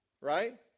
right